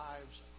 lives